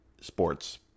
sports